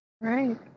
right